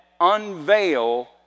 unveil